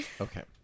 Okay